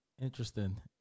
Interesting